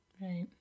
Right